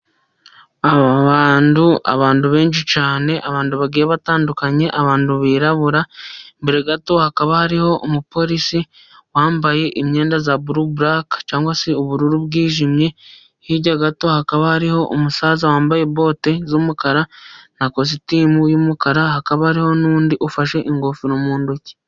Aba bantu, abantu benshi cyane, abantu bagiye batandukanye, abantu birabura, imbere gato hakaba hari umupolisi wambaye imyenda ya buru barake, cyangwa se ubururu bwijimye. Hirya gato hakaba hari umusaza wambaye bote z'umukara na kositimu y'umukara, hakaba hari n'undi ufashe ingofero mu ntoki.